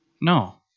No